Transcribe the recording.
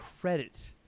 credit